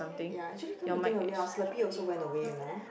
ya actually come to think of it our Slurpee also went away you know